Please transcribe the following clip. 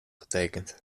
getekend